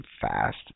fast